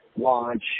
launch